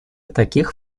таких